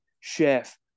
chef